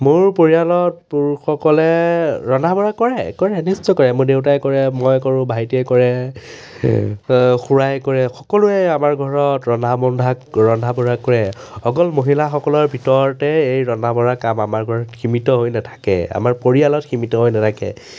মোৰ পৰিয়ালত পুৰুষসকলে ৰন্ধা বঢ়া কৰে কৰে নিশ্চয় কৰে মোৰ দেউতাই কৰে মই কৰোঁ ভাইটিয়ে কৰে খুৰাই কৰে সকলোৱে আমাৰ ঘৰত ৰন্ধা বন্ধা ৰন্ধা বঢ়া কৰে অকল মহিলাসকলৰ ভিতৰতে এই ৰন্ধা বঢ়া কাম আমাৰ ঘৰত সীমিত হৈ নাথাকে আমাৰ পৰিয়ালত সীমিত হৈ নাথাকে